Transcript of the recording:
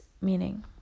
meaning